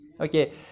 okay